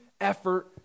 effort